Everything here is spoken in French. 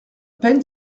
peine